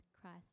christ